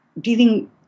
dealing